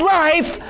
life